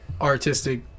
artistic